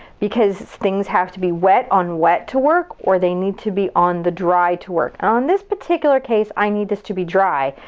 because things have to be wet on wet to work, or they need to be on the dry to work. in this particular case, i need this to be dry.